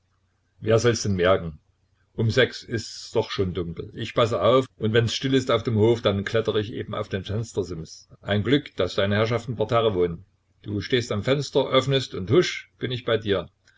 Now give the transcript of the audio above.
wer soll's denn merken um sechs ist's doch schon dunkel ich passe auf und wenn's still ist auf dem hof dann klettere ich eben auf den fenstersims ein glück daß deine herrschaft parterre wohnt du stehst am fenster öffnest und husch bin ich bei dir